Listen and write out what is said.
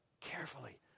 Carefully